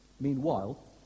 Meanwhile